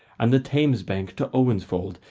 and the thames bank to owsenfold,